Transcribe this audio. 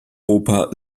oper